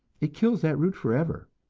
it kills that root forever,